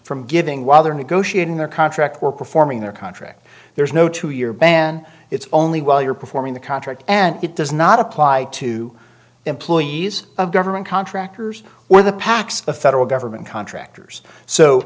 from giving while they are negotiating their contract or performing their contract there is no two year ban it's only while you're performing the contract and it does not apply to employees of government contractors or the pacs the federal government contractors so